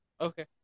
okay